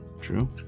true